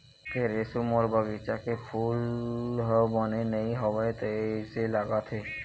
फेर एसो मोर बगिचा के फूल ह बने नइ होवय तइसे लगत हे